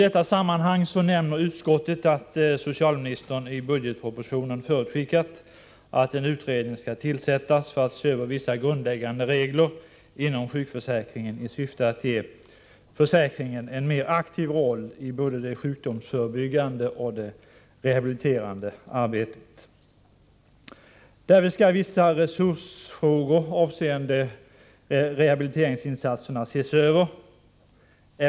Utskottet nämner att socialministern i budgetpropositionen förutskickat, att en utredning skall tillsättas för att se över vissa grundläggande regler inom sjukförsäkringen i syfte att ge försäkringen en mer aktiv roll i både det sjukdomsförebyggande och det rehabiliterande arbetet. Därvid skall även vissa resursfrågor avseende rehabiliteringsinsatserna ses över.